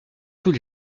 tous